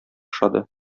ошады